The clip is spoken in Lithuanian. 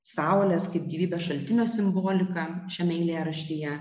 saulės kaip gyvybės šaltinio simbolika šiame eilėraštyje